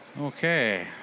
Okay